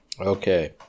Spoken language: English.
okay